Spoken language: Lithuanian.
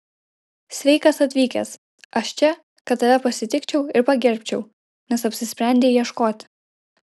sveikas atvykęs aš čia kad tave pasitikčiau ir pagerbčiau nes apsisprendei ieškoti